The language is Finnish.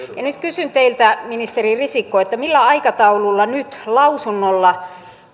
nyt kysyn teiltä ministeri risikko millä aikataululla nyt lausunnolla